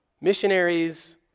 Missionaries